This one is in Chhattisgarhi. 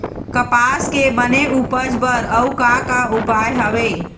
कपास के बने उपज बर अउ का का उपाय हवे?